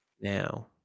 now